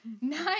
Nine